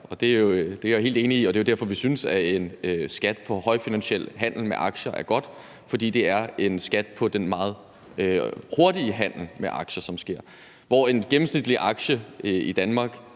Det er jeg jo helt enig i, og det er derfor, at vi synes, at en skat på højfrekvent handel med aktier er godt. For det er en skat på den meget hurtige handel med aktier, som sker. Hvor en gennemsnitlig aktie i Danmark